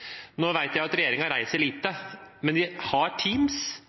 Jeg vet at regjeringen reiser lite nå, men de har Teams.